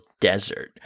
desert